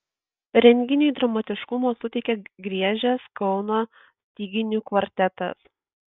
renginiui dramatiškumo suteikė griežęs kauno styginių kvartetas